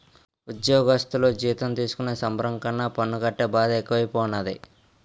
ఉజ్జోగస్థులు జీతం తీసుకునే సంబరం కన్నా పన్ను కట్టే బాదే ఎక్కువైపోనాది